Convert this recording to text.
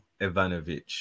Ivanovic